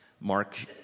Mark